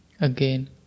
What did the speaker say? Again